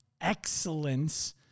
excellence